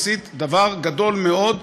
עשית דבר גדול מאוד,